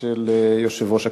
של יושב-ראש הכנסת.